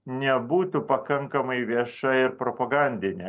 nebūtų pakankamai vieša ir propagandinė